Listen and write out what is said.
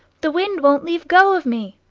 the wind won't leave go of me.